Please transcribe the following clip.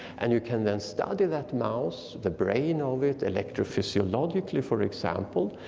and you can then study that mouse, the brain of it, electrophysiologically, for example,